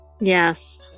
yes